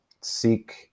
seek